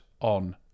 on